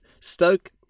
Stoke